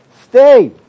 stay